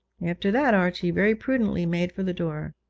after that archie very prudently made for the door.